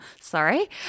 sorry